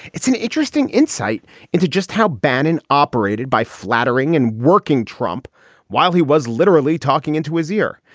it's an interesting insight into just how bannon operated by flattering and working trump while he was literally talking into his ear.